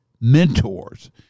mentors